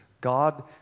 God